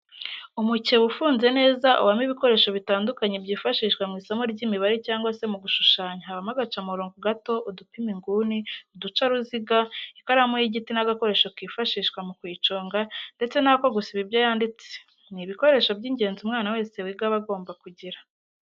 Umukebe ufunze neza ubamo ibikoresho bitandukanye byifashishwa mu isomo ry'imibare cyangwa se mu gushushanya, habamo agacamurongo gato, udupima inguni, uducaruziga, ikaramu y'igiti n'agakoresho kifashishwa mu kuyiconga ndetse n'ako gusiba ibyo yanditse, ni ibikoresho by'ingenzi umwana wese wiga aba agomba kugira.